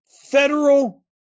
federal